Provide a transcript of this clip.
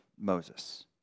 Moses